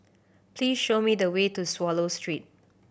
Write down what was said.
please show me the way to Swallow Street